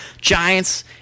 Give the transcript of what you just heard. Giants